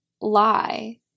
lie